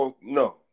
No